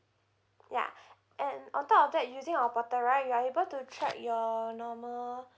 ya and on top of that using our portal right you are able to track your normal